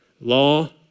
Law